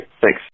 Thanks